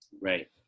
Right